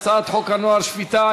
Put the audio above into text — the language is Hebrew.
הסתייגויות להצעת חוק הנוער (שפיטה,